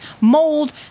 mold